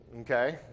Okay